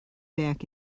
back